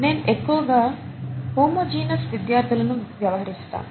నేను ఎక్కువగా హోమోజెనస్ విద్యార్థులను వ్యవహరిస్తాను